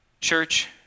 Church